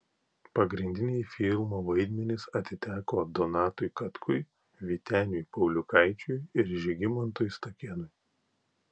pagrindiniai filmo vaidmenys atiteko donatui katkui vyteniui pauliukaičiui ir žygimantui stakėnui